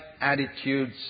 attitudes